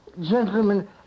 gentlemen